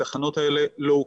התחנות האלה לא הוקמו.